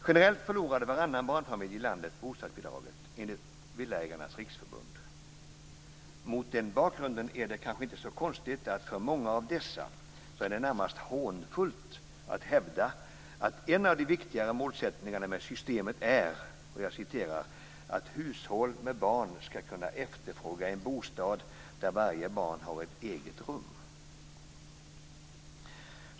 Generellt förlorade varannan barnfamilj i landet bostadsbidraget, enligt Villaägarnas riksförbund. Mot den bakgrunden är det kanske inte så konstigt att det för många av dessa närmast är hånfullt att hävda att en av de viktigare målsättningarna med systemet är "att hushåll med barn skall kunna efterfråga en bostad där varje barn har ett eget rum".